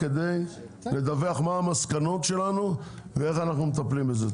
כדי לדווח מהן המסקנות שלנו ואיך אנחנו מטפלים בזה.